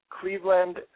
Cleveland